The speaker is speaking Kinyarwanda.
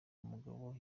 umugabo